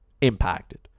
impacted